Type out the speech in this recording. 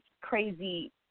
crazy